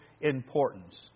importance